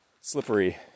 slippery